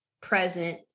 present